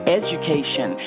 education